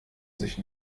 sich